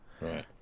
Right